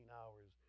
hours